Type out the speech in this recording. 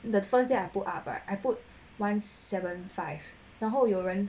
the first day I put ah but I put one seven five 然后有人